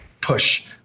push